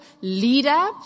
leader